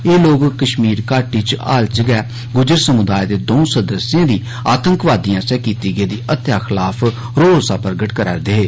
एह लोक कश्मीर घाटी च हाल च गै गुजजर समुदाए दे दऊ सदस्येंद ी आतंकवादिए आस्सेआ कीती गेदी हत्या खलाफ रौ रोस्सा प्रगट करै करदे हे